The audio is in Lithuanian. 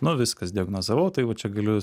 nu viskas diagnozavau tai va čia galiu